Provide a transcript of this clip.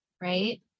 right